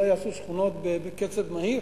אולי יעשו שכונות בקצב מהיר,